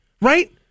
right